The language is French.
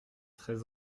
très